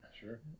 sure